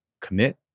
commit